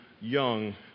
young